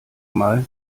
mal